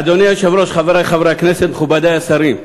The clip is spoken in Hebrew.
אדוני היושב-ראש, חברי חברי הכנסת, מכובדי השרים,